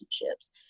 relationships